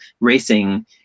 racing